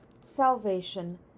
salvation